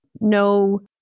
no